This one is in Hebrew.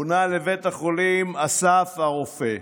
הוא פונה לבית החולים אסף הרופא,